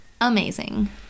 amazing